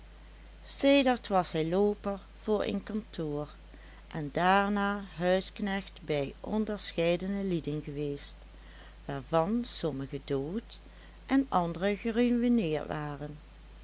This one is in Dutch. sedert was hij looper voor een kantoor en daarna huisknecht bij onderscheidene lieden geweest waarvan sommige dood en andere geruïneerd waren